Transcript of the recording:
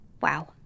Wow